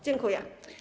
Dziękuję.